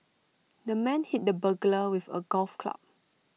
the man hit the burglar with A golf club